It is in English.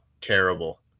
terrible